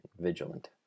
vigilant